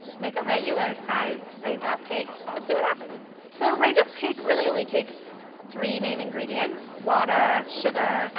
make a regular size rain drop cake. let's see what happens. so rain drop cake really only takes three main ingredients. water, sugar,